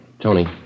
Tony